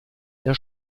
der